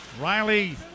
Riley